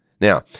Now